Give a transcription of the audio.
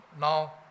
now